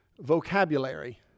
vocabulary